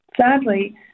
Sadly